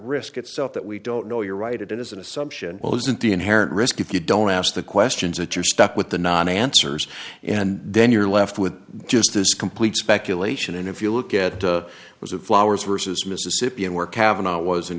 risk itself that we don't know you're right it is an assumption well isn't the inherent risk if you don't ask the questions that you're stuck with the non answers and then you're left with just this complete speculation and if you look at the was of flowers versus mississippi and where cavanagh was in